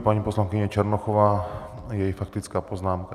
Paní poslankyně Černochová a její faktická poznámka.